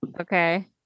Okay